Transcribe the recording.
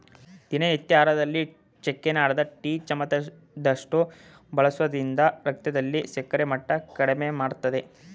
ದಿನನಿತ್ಯ ಆಹಾರದಲ್ಲಿ ಚಕ್ಕೆನ ಅರ್ಧ ಟೀ ಚಮಚದಷ್ಟು ಬಳಸೋದ್ರಿಂದ ರಕ್ತದಲ್ಲಿ ಸಕ್ಕರೆ ಮಟ್ಟ ಕಡಿಮೆಮಾಡ್ತದೆ